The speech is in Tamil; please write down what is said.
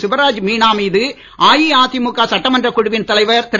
சிவராஜ் மீனா மீது அஇஅதிமுக சட்டமன்றக் குழுவின் தலைவர் திரு